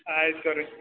ಆಯ್ತು ತಗೋರಿ